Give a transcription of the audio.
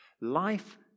life